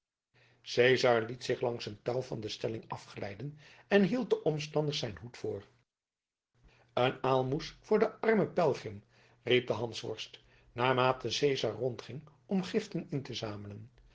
cezar liet zich langs een touw van de stelling afglijden en hield den omstanders zijn hoed voor een aalmoes voor den armen pelgrim riep de hansworst naarmate cezar rondging om giften in te zamelen